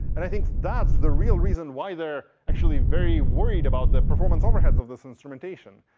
and i think that's the real reason why they're actually very worried about the performance overheads of this instrumentation.